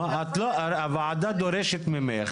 הוועדה דורשת ממך